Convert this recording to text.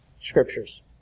scriptures